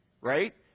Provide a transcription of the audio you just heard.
right